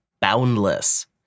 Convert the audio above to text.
boundless